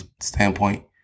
standpoint